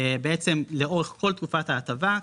בעצם לאורך כל תקופת ההטבה,